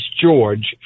George